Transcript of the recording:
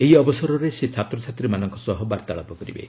ଏହି ଅବସରରେ ସେ ଛାତ୍ରଛାତ୍ରୀମାନଙ୍କ ସହ ବାର୍ତ୍ତାଳାପ କରିବେ